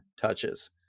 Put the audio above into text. touches